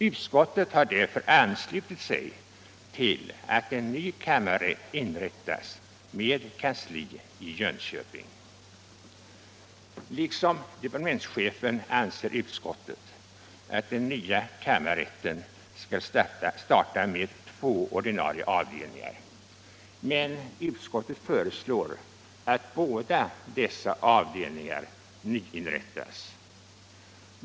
Utskottet har därför anslutit sig till att en ny kammarrätt inrättas med kansli i Jönköping. Liksom departementschefen anser utskottet att den nya kammarrätten skall starta med två ordinarie avdelningar, men utskottet föreslår att båda dessa avdelningar nyinrättas.